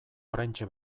oraintxe